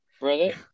Brother